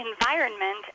environment